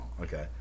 Okay